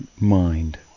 Mind